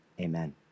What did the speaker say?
amen